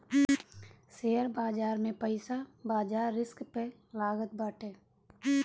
share बाजार में पईसा बाजार रिस्क पअ लागत बाटे